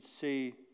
see